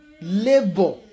labor